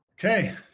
Okay